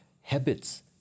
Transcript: habits